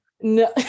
No